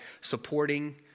supporting